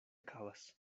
acabas